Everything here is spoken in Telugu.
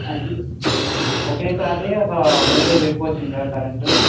అది ఒకేసారి ఒక ఓల్టేజ్ ఎక్కువ వచ్చింది సార్ కరంట్